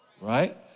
right